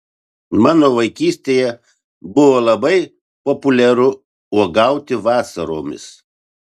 mano vaikystėje buvo labai populiaru uogauti vasaromis